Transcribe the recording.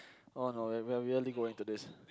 hold on we are we are really going into this